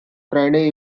friday